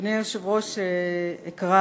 אדוני היושב-ראש, אקרא